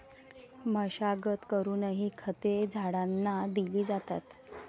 मशागत करूनही खते झाडांना दिली जातात